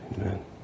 Amen